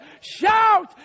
shout